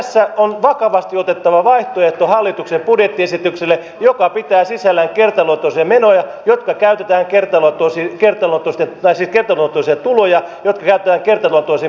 tässä on hallituksen budjettiesitykselle vakavasti otettava vaihtoehto joka pitää sisällään kertaluontoisia tuloja jotka käytetään kertaluontoisiin kertoo koskettaisi kertaluontoisia tuloja ja käyttää menoihin